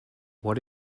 what